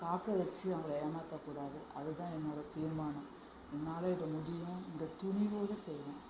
காக்க வைச்சு அவங்களை ஏமாற்றக் கூடாது அதுதான் என்னோடய தீர்மானம் என்னால் இது முடியுன்ற துணிவோடு செய்யணும்